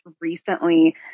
recently